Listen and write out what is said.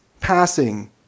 passing